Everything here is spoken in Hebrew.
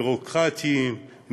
ביורוקרטיים,